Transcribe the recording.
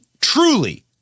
truly